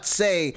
say